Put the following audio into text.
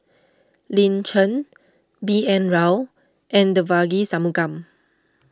Lin Chen B N Rao and Devagi Sanmugam